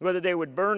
whether they would burn